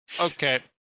Okay